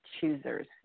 choosers